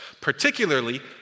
particularly